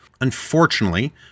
Unfortunately